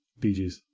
BGs